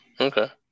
Okay